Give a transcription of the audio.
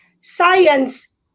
science